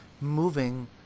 moving